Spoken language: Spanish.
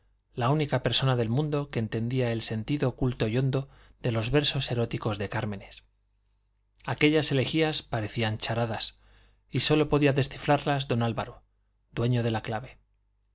la única persona del mundo que entendía el sentido oculto y hondo de los versos eróticos de cármenes aquellas elegías parecían charadas y sólo podía descifrarlas don álvaro dueño de la clave